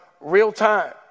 real-time